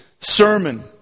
sermon